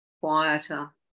quieter